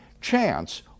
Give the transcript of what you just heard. chance